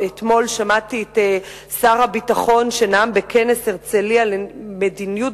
אתמול שמעתי את שר הביטחון שנאם בכנס הרצלייה למדיניות,